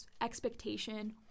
expectation